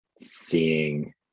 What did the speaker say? seeing